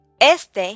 Este